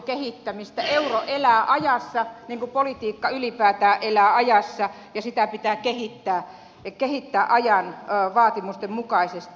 euro elää ajassa niin kuin politiikka ylipäätään elää ajassa ja sitä pitää kehittää ajan vaatimusten mukaisesti